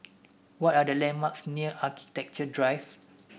what are the landmarks near Architecture Drive